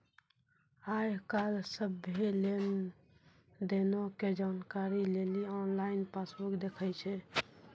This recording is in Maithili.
आइ काल्हि सभ्भे लेन देनो के जानकारी लेली आनलाइन पासबुक देखै छै